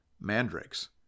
mandrakes